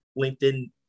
LinkedIn